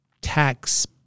tax